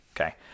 Okay